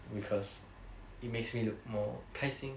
because it makes me look more 开心